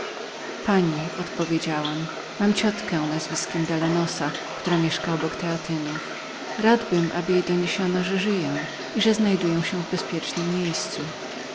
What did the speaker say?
pani odpowiedziałem mam ciotkę nazwiskiem dalanosa która mieszka obok teatynów radbym aby jej doniesiono że znajduję się w bezpiecznem miejscu